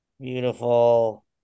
Beautiful